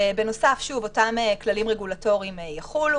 בנוסף, שוב, אותם כללים רגולטוריים יחולו.